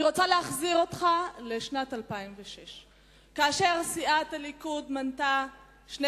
אני רוצה להחזיר אותך לשנת 2006. כאשר סיעת הליכוד מנתה 12